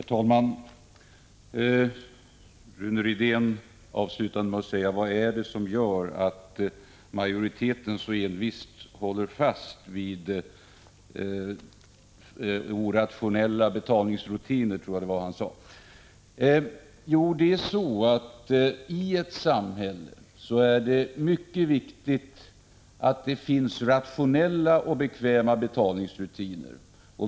Herr talman! Rune Rydén avslutade med att fråga varför majoriteten så Stänsiaten envist håller fast vid orationella betalningsrutiner. I ett samhälle är det mycket viktigt att det finns rationella och bekväma betalningsrutiner.